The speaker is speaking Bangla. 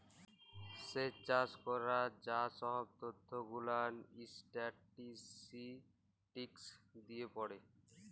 স্যেচ চাষ ক্যরার যা সহব ত্যথ গুলান ইসট্যাটিসটিকস দিয়ে পড়ে